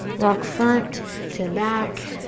rock front to back.